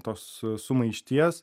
tos sumaišties